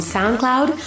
SoundCloud